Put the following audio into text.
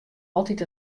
altyd